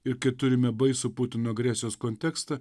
ir kad turime baisų putino agresijos kontekstą